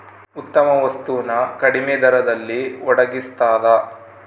ಉತ್ತಮ ವಸ್ತು ನ ಕಡಿಮೆ ದರದಲ್ಲಿ ಒಡಗಿಸ್ತಾದ